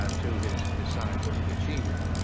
ah to his his scientific achievement.